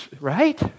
Right